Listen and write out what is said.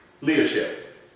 leadership